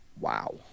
Wow